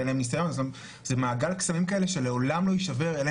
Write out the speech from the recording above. ואין להם נסיון אז וכו' - זה מעגל קסמים כזה שלעולם לא יישבר אלא